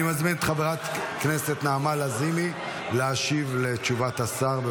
אני מזמין את חברת הכנסת נעמה לזימי להשיב על תשובת השר.